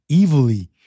evilly